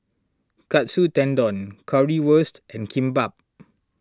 Katsu Tendon Currywurst and Kimbap